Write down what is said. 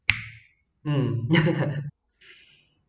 mm